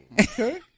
okay